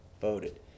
voted